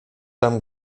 tam